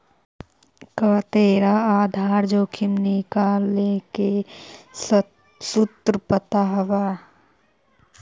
का तोरा आधार जोखिम निकाले के सूत्र पता हवऽ?